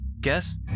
guess